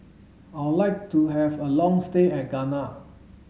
I would like to have a long stay in Ghana